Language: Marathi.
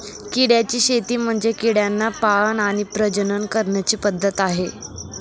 किड्यांची शेती म्हणजे किड्यांना पाळण आणि प्रजनन करण्याची पद्धत आहे